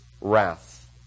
wrath